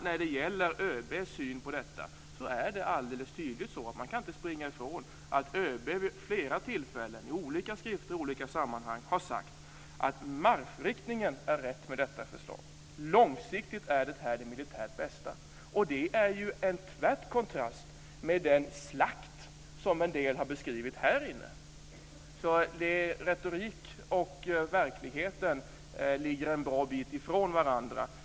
När det gäller ÖB:s syn på detta är det alldeles tydligt så att man inte kan springa ifrån att ÖB vid flera tillfällen i olika skrifter och i olika sammanhang har sagt att marschriktningen är rätt med detta förslag. Långsiktigt är det här det militärt bästa. Detta står i bjärt kontrast till den slakt som en del i denna kammare har beskrivit. Retoriken och verkligheten ligger alltså en bra bit från varandra.